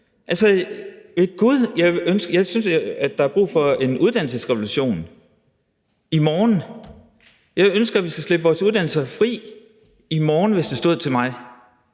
Altså, jeg synes ved gud, der er brug for en uddannelsesrevolution i morgen. Jeg ville ønske, vi kunne slippe vores uddannelser fri i morgen, altså hvis det stod til mig.